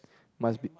must be